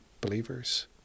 believers